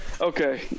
Okay